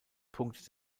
punkt